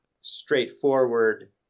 straightforward